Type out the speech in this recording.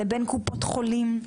לבין קופות חולים,